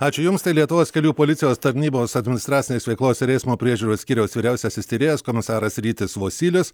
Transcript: ačiū jums tai lietuvos kelių policijos tarnybos administracinės veiklos ir eismo priežiūros skyriaus vyriausiasis tyrėjas komisaras rytis vosylius